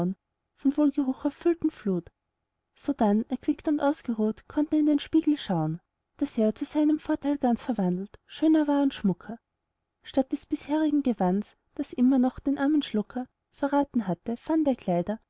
von wohlgeruch erfüllten flut sodann erquickt und ausgeruht konnt er in einem spiegel schauen daß er zu seinem vorteil ganz verwandelt schöner war und schmucker statt des bisherigen gewands das immer noch den armen schlucker verraten hatte fand er kleider